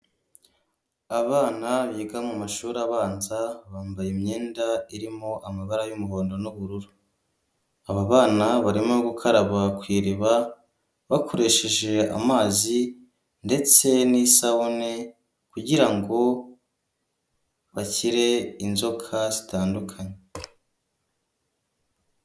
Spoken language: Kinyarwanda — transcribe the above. Abana biga mu mashuri abanza bambaye imyenda irimo amabara y'umuhondo n'ubururu, aba bana barimo gukaraba ku iriba bakoresheje amazi ndetse n'isabune, kugira ngo bakire inzoka zitandukanye.